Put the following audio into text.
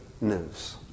news